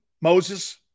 Moses